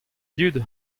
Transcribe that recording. dud